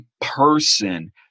person